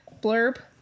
blurb